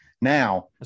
now